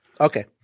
Okay